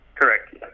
Correct